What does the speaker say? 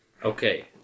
Okay